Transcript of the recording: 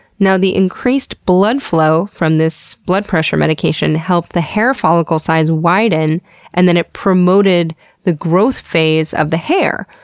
the increased blood flow from this blood pressure medication, helped the hair follicle size widen and then it promoted the growth phase of the hair.